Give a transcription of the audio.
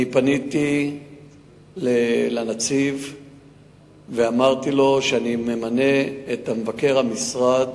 אני פניתי אל הנציב ואמרתי לו שאני ממנה את מבקר המשרד